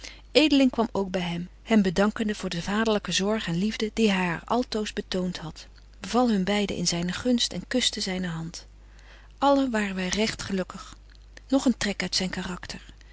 edeling kwam ook by hem hem bedankende voor de vaderlyke zorg en liefde die hy haar altoos betoont hadt beval hun beide in zyne gunst en kuschte zyne hand allen waren wy recht gelukkig nog een trek uit zyn karakter